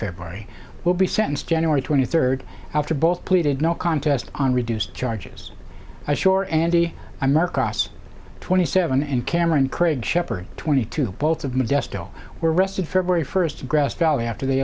february will be sentenced january twenty third after both pleaded no contest on reduced charges i shore andy i'm mark os twenty seven and cameron craig sheppard twenty two boats of modesto were arrested february first grass valley after they